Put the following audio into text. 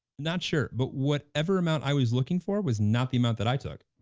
not sure, but whatever amount i was looking for was not the amount that i took.